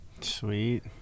Sweet